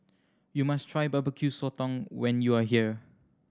you must try Barbecue Sotong when you are here